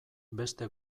beste